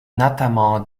notamment